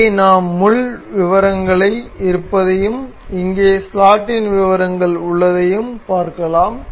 இங்கே நாம் முள் விவரங்களை இருப்பதையும் இங்கே ஸ்லாட்டின் விவரங்கள் உள்ளதையும் பாக்கலாம்